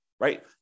right